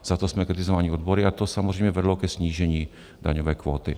Za to jsme kritizováni odbory a to samozřejmě vedlo ke snížení daňové kvóty.